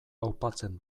aupatzen